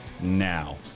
now